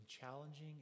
challenging